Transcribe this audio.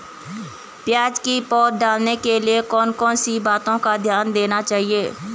प्याज़ की पौध डालने के लिए कौन कौन सी बातों का ध्यान देना चाहिए?